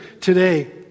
today